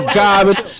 garbage